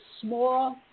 small